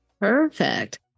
Perfect